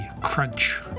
crunch